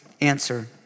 answer